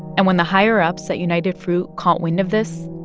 and when the higher-ups at united fruit caught wind of this,